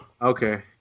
Okay